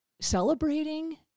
celebrating